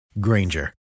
Granger